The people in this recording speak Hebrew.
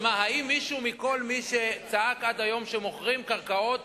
האם מישהו מכל מי שצעק עד היום שמוכרים קרקעות